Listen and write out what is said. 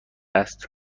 است